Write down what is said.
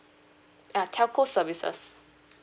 uh telco services